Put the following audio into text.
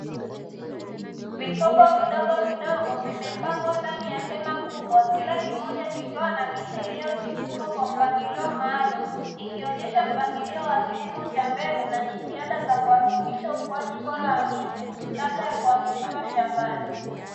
Vikopo vidogo vidogo vimepangwa ndani ya hema kubwa kila kimoja kikiwa na miti iliyochipuka kwa mpangilio maalumu, ikionyesha kilimo cha mbegu jitihada za kuhakikisha ubora wa miche kabla ya kuhamishiwa shambani.